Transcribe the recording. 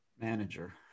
manager